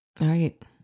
Right